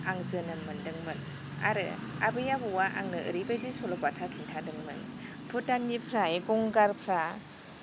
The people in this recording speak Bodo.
आं जोनोम मोन्दोंमोन आरो आबै आबौवा आंनो ओरैबायदि सल'बाथा खिन्थादोंमोन भुटान निफ्राय गंगारफ्रा